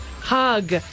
Hug